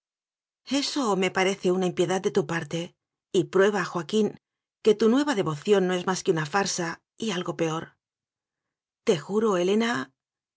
eso me parece una impiedad de tu parte y prueba joaquín que tu nueva devo ción no es más que una farsa y algo peor te juro helena